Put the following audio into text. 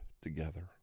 together